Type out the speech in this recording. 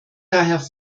daher